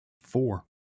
four